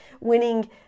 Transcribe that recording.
winning